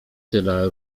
tyle